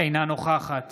אינה נוכחת